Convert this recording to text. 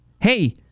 Hey